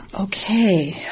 Okay